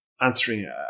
answering